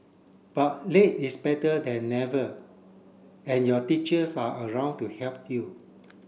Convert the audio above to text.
but late is better than never and your teachers are around to help you